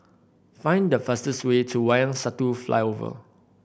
find the fastest way to Wayang Satu Flyover